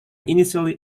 initially